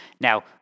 Now